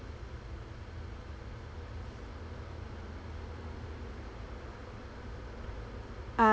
uh